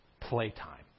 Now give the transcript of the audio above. playtime